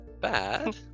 bad